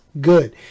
good